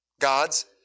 God's